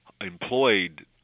employed